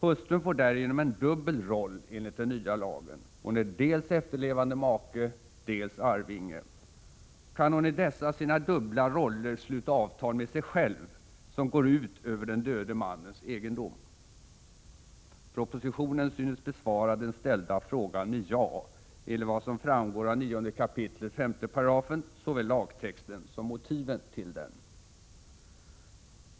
Hustrun får därigenom en dubbel roll enligt den nya lagen. Hon är dels efterlevande make, dels arvinge. Kan hon i dessa sina dubbla roller sluta avtal med sig själv som går ut över den döde mannens egendom? Propositionen synes besvara den ställda frågan med ett ja, enligt vad som framgår av 9 kap. 5 §— det gäller såväl lagtexten som motiven till den.